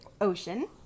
Ocean